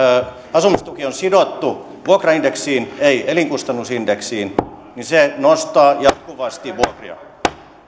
asumistuki on sidottu vuokraindeksiin ei elinkustannusindeksiin niin se nostaa jatkuvasti vuokria